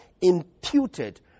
imputed